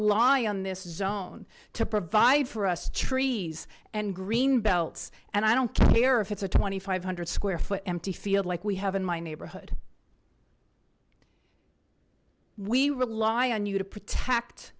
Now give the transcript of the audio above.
in this is own to provide for us trees and green belts and i don't care if it's a twenty five hundred square foot empty field like we have in my neighborhood we rely on you to protect